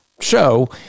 show